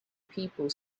people